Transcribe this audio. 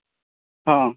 ହଁ